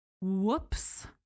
whoops